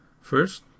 First